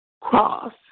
cross